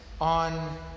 on